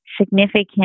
significant